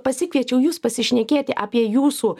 pasikviečiau jus pasišnekėti apie jūsų